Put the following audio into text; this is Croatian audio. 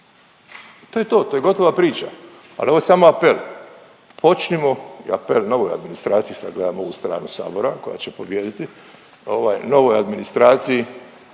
To je to, to je gotova priča. Ali ovo je samo apel. Počnimo i apel novoj administraciji sad gledam ovu stranu Sabora koja će pobijediti, novoj administraciji